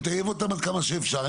נטייב אותם כמה שאפשר.